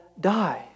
die